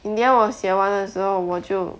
in the end 我写完的时候我就